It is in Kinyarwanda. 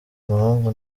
muhungu